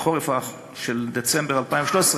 החורף של דצמבר 2013,